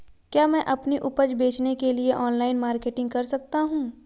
क्या मैं अपनी उपज बेचने के लिए ऑनलाइन मार्केटिंग कर सकता हूँ?